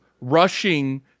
rushing